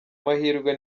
mahirwe